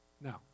Now